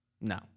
no